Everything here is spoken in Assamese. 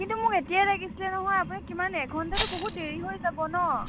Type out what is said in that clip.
কিন্তু মোক এতিয়াই লাগিছিলে নহয় আপুনি কিমান এঘণ্টাতো বহুত দেৰি হৈ যাব ন'